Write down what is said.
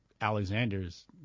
Alexander's